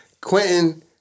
Quentin